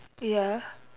ya